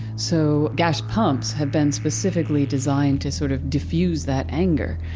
so gas pumps have been specifically designed to sort of diffuse that anger.